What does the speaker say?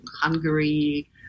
Hungary